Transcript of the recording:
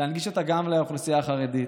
להנגיש אותה גם לאוכלוסייה החרדית,